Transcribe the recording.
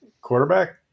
Quarterback